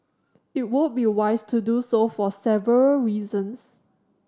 it would be wise to do so for several reasons